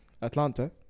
Atlanta